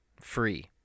free